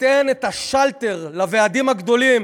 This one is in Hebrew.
תיתן את השלטר לוועדים הגדולים,